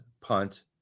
punt